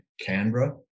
Canberra